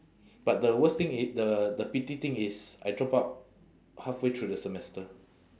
but the worst thing i~ the the pity thing is I drop out halfway through the semester